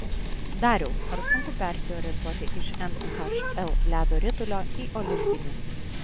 dariau ar sunku persiorientuoti iš nhl ledo ritulio į olimpinį